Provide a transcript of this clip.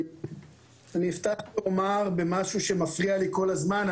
אפתח ואומר במשהו שמפריע לי כל הזמן.